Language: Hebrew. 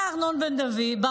אתה מנותק, ארנון בר דוד.